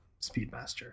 speedmaster